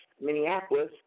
Minneapolis